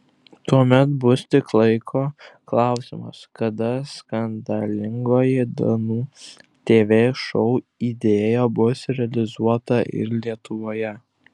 tuomet bus tik laiko klausimas kada skandalingoji danų tv šou idėja bus realizuota ir lietuvoje